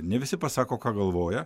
ne visi pasako ką galvoja